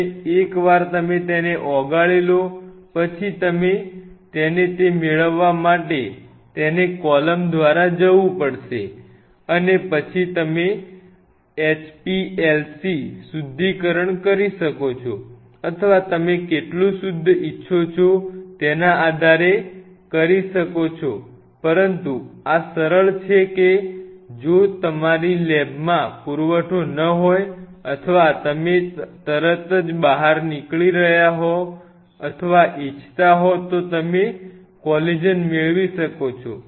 અને એકવાર તમે તેને ઓગાળી લો પછી તમે તેને તે મેળવવા માટે તેને કોલમ દ્વારા જ વું પડશે અને પછી તમે HPLC શુદ્ધિકરણ કરી શકો છો અથવા તમે કેટલું શુદ્ધ ઇચ્છો છો તેના આધારે કરી શકો છો પરંતુ આ સરળ છે કે જો તમારી લેબમાં પુરવઠો ન હોય અથવા તમે તરત જ બહાર નીકળી રહ્યા હોવ અથવા ઇચ્છતા હોવ તો તમે કોલેજન મેળવી શકો છો